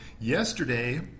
Yesterday